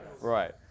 Right